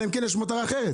אלא אם כן יש מטרה אחרת.